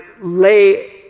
lay